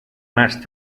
más